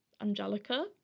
Angelica